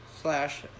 slash